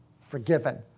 forgiven